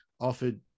offered